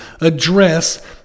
address